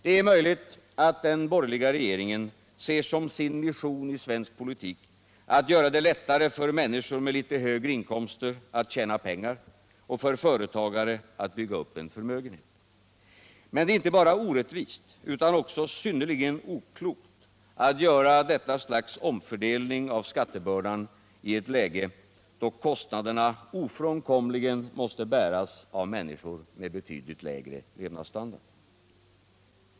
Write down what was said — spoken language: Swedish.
Det är möjligt att den borgerliga regeringen ser som sin mission i svensk politik att göra det lättare för människor med litet högre inkomster att tjäna pengar och för företagare att bygga upp en förmögenhet. Men det är inte bara orättvist utan också synnerligen oklokt att göra detta slags omfördelning av skattebördan i ett läge, då kostnaderna ofrånkomligen måste bäras av människor med betydligt lägre levnadsstandard.